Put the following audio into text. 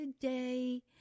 today